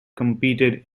competed